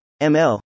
ML